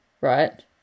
right